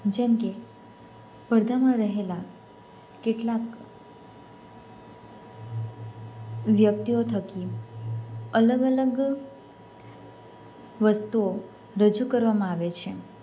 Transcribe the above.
જેમ કે સ્પર્ધામાં રહેલાં કેટલાંક વ્યક્તિઓ થકી અલગ અલગ વસ્તુઓ રજૂ કરવામાં આવે છે